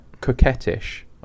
coquettish